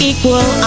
Equal